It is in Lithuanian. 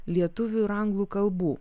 lietuvių ir anglų kalbų